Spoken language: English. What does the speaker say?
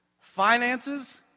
finances